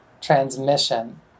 transmission